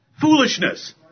foolishness